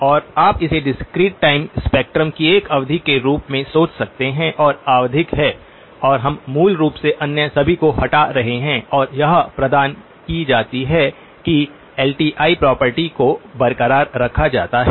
और आप इसे डिस्क्रीट टाइम स्पेक्ट्रम की एक अवधि के रूप में सोच सकते हैं जो आवधिक है और हम मूल रूप से अन्य सभी को हटा रहे हैं और यह प्रदान की जाती है कि एलटीआई प्रॉपर्टी को बरकरार रखा जाता है